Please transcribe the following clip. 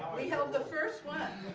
um we held the first one